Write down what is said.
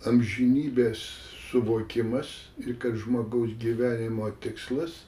amžinybės suvokimas ir kad žmogaus gyvenimo tikslas